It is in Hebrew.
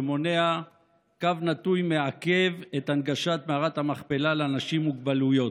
שמונע או מעכב את הנגשת מערת המכפלה לאנשים עם מוגבלויות.